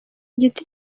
giti